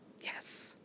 Yes